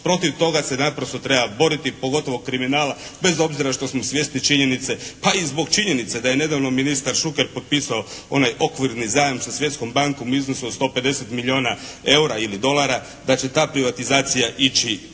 Protiv toga se naprosto treba boriti, pogotovo kriminala, bez obzira što smo svjesni činjenice, pa i zbog činjenice da je nedavno ministar Šuker potpisao onaj okvirni zajam sa Svjetskom bankom u iznosu od 150 milijuna eura ili dolara da će ta privatizacija ići